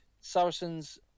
saracens